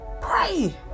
pray